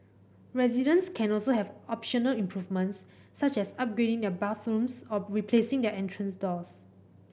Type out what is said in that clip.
residents can also have optional improvements such as upgrading their bathrooms or replacing their entrance doors